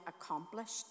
accomplished